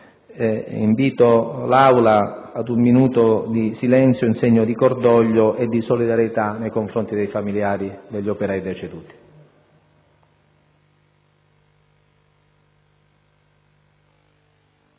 Invito l'Assemblea ad un minuto di silenzio in segno di cordoglio e di solidarietà nei confronti dei familiari degli operai deceduti.